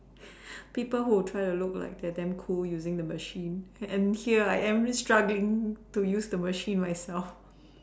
people who try to look like they're damn cool using the machine and here I am struggling to use the machine myself